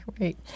right